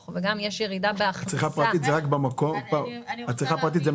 וגם יש ירידה בהכנסה --- צריכה פרטית זה רק